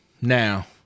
Now